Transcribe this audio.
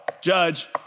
Judge